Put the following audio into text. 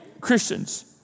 Christians